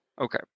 Okay